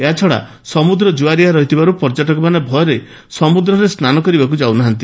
ଏହାଛଡା ସମୁଦ୍ର ଜୁଆରିଆ ରହିଥିବାରୁ ପର୍ଯ୍ୟଟକମାନେ ଭୟରେ ସମୁଦ୍ରରେ ସ୍ନାନ କରିବାକୁ ଯାଉନାହାଁନ୍ତି